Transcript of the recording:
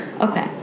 Okay